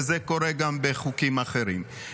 וזה קורה גם בחוקים אחרים.